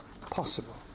possible